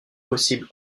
possible